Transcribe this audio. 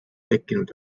tekkinud